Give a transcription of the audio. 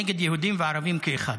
נגד יהודים וערבים כאחד.